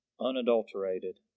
unadulterated